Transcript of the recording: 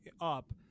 up